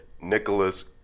Nicholas